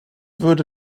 würde